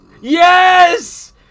Yes